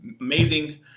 Amazing